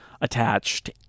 attached